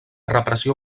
repressió